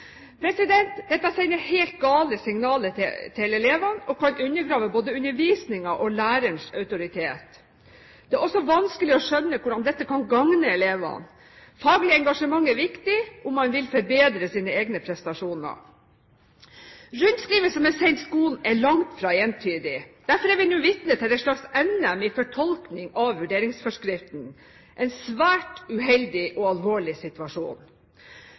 Dette sender helt gale signaler til elevene og kan undergrave både undervisningen og lærerens autoritet. Det er også vanskelig å skjønne hvordan dette kan gagne elevene. Faglig engasjement er viktig om man vil forbedre sine egne prestasjoner. Rundskrivet som er sendt skolen, er langt fra entydig. Derfor er vi nå vitne til en slags NM i fortolkning av vurderingsforskriften, en svært uheldig og alvorlig situasjon.